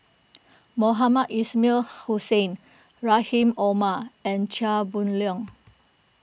Mohamed Ismail Hussain Rahim Omar and Chia Boon Leong